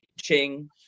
Ching